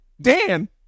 Dan